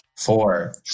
Four